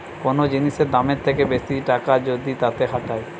কোন জিনিসের দামের থেকে বেশি টাকা যদি তাতে খাটায়